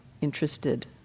interested